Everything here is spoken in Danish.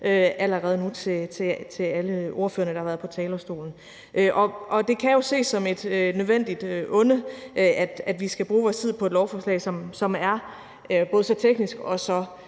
allerede nu over for alle de ordførere, der har været på talerstolen. Det kan jo ses som et nødvendigt onde, at vi skal bruge vores tid på et lovforslag, som både er så teknisk og så